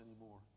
anymore